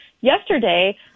yesterday